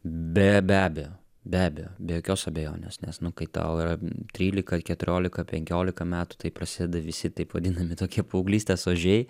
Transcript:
be be abejo be abejo be jokios abejonės nes nu kai tau yra trylika keturiolika penkiolika metų tai prasieda visi taip vadinami tokie paauglystės ožiai